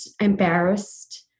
embarrassed